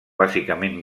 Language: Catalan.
bàsicament